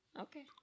Okay